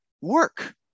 work